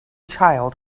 child